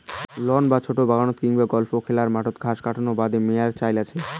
loan বা ছোট বাগান কিংবা গল্ফ খেলার মাঠত ঘাস কাটার বাদে মোয়ার চইল আচে